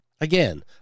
Again